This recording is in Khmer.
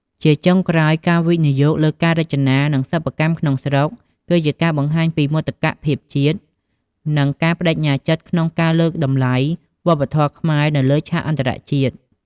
ជាចុងក្រោយ ការវិនិយោគលើការរចនា និងសិប្បកម្មក្នុងស្រុក គឺជាការបង្ហាញពី មោទកភាពជាតិ និង ការប្តេជ្ញាចិត្តក្នុងការលើកតម្លៃវប្បធម៌ខ្មែរនៅលើឆាកអន្តរជាតិ។